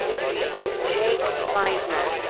d jake meisner.